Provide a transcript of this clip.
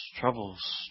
troubles